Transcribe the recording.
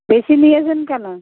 বেশি নিয়েছেন কেন